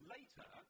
Later